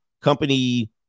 company